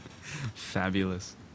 Fabulous